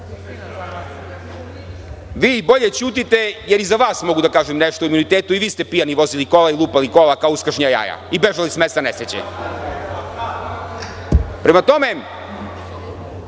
Vi bolje ćutite jer i za vas mogu da kažem nešto o imunitetu i vi ste pijani vozili kola i lupali kola kao uskršnja jaja i bežali s mesta nesreće. Prema tome,